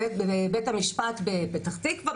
בבית המשפט בפתח תקווה,